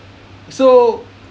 so